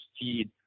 feed